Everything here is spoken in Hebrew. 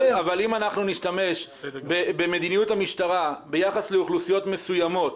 אבל אם אנחנו נשתמש במדיניות המשטרה ביחס לאוכלוסיות מסוימות,